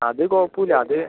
അത് കുഴപ്പമില്ല അത്